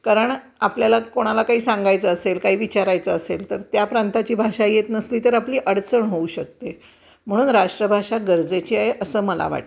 कारण आपल्याला कोणाला काही सांगायचं असेल काही विचारायचं असेल तर त्या प्रांताची भाषा येत नसली तर आपली अडचण होऊ शकते म्हणून राष्ट्रभाषा गरजेची आहे असं मला वाटतं